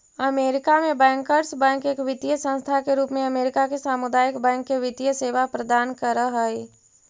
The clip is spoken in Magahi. अमेरिका में बैंकर्स बैंक एक वित्तीय संस्था के रूप में अमेरिका के सामुदायिक बैंक के वित्तीय सेवा प्रदान कर हइ